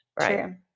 right